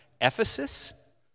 Ephesus